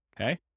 okay